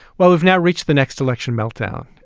well, we've now reached the next election meltdown.